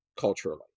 culturally